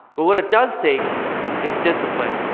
but what it does take is discipline.